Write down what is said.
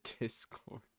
Discord